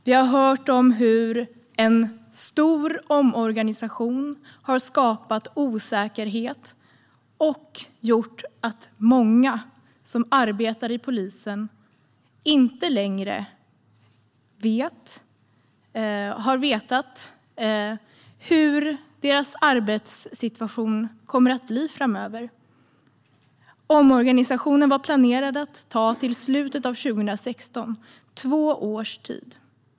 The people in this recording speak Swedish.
Vi har hört om hur en stor omorganisation har skapat osäkerhet och gjort att många som arbetar i polisen inte längre har vetat hur deras arbetssituation kommer att bli framöver. Omorganisationen var planerad att pågå till slutet av 2016, alltså under två års tid.